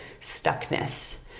stuckness